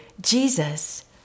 Jesus